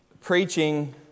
preaching